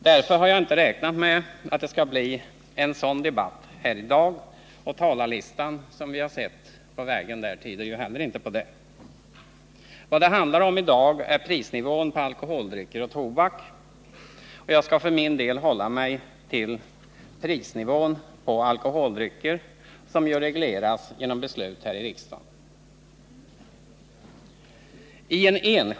Därför har jag inte räknat med att det skall bli en sådan debatt i dag — och talarlistan tyder inte heller på det. Vad det handlar omi dag är nivån av priserna på alkoholdrycker och tobak. Jag skall för min del hålla mig till nivån av priserna på alkoholdrycker, som ju regleras genom beslut här i riksdagen.